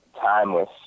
Timeless